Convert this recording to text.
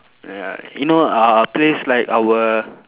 ya you know uh place like our